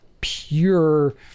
pure